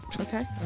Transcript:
okay